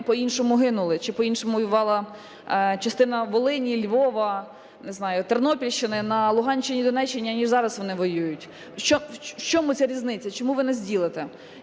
по-іншому гинули, чи по-іншому воювала частина Волині, Львова, не знаю, Тернопільщини на Луганщині і Донеччині, аніж зараз вони воюють, в чому ця різниця, чому ви нас ділите?